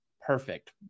perfect